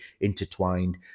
intertwined